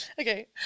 Okay